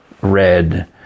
red